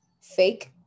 fake